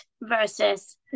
versus